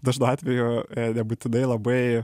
dažnu atveju nebūtinai labai